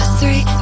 three